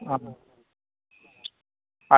ভালো